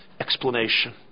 explanation